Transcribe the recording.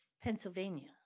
Pennsylvania